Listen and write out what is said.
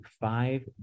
five